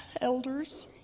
elders